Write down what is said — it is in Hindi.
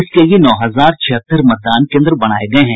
इसके लिये नौ हजार छिहत्तर मतदान केन्द्र बनाये गये हैं